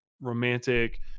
romantic